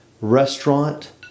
restaurant